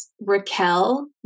Raquel